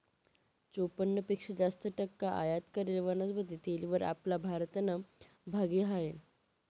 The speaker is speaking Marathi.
चोपन्न पेक्शा जास्त टक्का आयात करेल वनस्पती तेलवर आपला भारतनं भागी हायनं